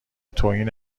توهین